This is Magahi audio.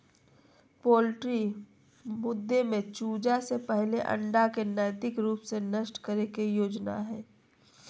पोल्ट्री मुद्दे में चूजा से पहले अंडा के नैतिक रूप से नष्ट करे के योजना हइ